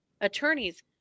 attorneys